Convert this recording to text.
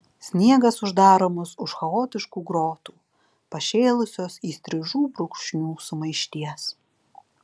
sniegas uždaro mus už chaotiškų grotų pašėlusios įstrižų brūkšnių sumaišties